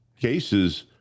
cases